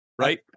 Right